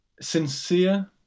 sincere